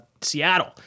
Seattle